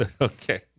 Okay